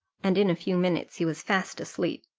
and in a few minutes he was fast asleep.